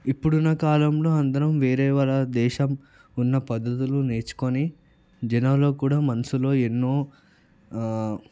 ఇప్పుడున్న కాలంలో అందరం వేరే వాళ్ళ దేశం ఉన్న పద్ధతులు నేర్చుకుని జనాల్లో కూడా మనసులో ఎన్నో